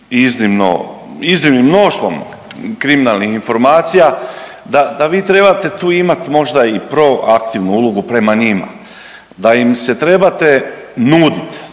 iznimnim mnoštvom kriminalnih informacija, da vi trebate tu imati možda i proaktivnu ulogu prema njima, da im se trebate nuditi